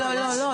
לא.